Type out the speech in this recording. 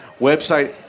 website